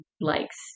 likes